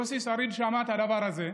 יוסי שריד שמע את הדבר הזה,